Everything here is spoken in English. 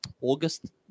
August